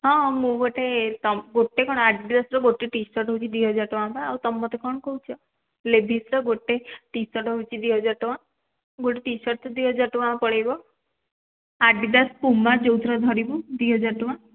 ହଁ ମୁଁ ଗୋଟେ ଟପ୍ ଗୋଟେ କ'ଣ ଆଡ଼ିଡାସ୍ର ଗୋଟେ ଟିସାର୍ଟ୍ ହେଉଛି ଦୁଇ ହଜାର ଟଙ୍କା ବା ଆଉ ତୁମେ ମୋତେ କ'ଣ କହୁଛ ଲେଭିସ୍ର ଗୋଟେ ଟିସାର୍ଟ୍ ହେଉଛି ଦୁଇ ହଜାର ଟଙ୍କା ଗୋଟେ ଟି ସାର୍ଟ୍ରେ ତ ଦୁଇ ହଜାର ଟଙ୍କା ପଳାଇବ ଆଡ଼ିଡାସ୍ ପୁମା ଯେଉଁଥିରୁ ଧରିବୁ ଦୁଇ ହଜାର ଟଙ୍କା